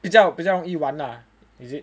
比较比较容易玩 lah is it